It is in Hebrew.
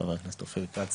חבר הכנסת אופיר כץ